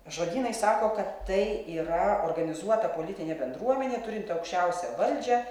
žodynai sako kad tai yra organizuota politinė bendruomenė turinti aukščiausią valdžią